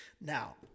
Now